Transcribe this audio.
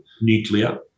nuclear